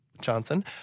Johnson